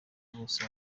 bose